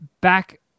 back